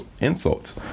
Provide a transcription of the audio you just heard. insults